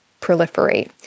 proliferate